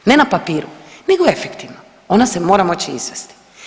Ne na papiru nego efektivno, ona se mora moći izvesti.